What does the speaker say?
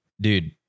dude